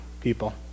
people